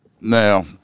Now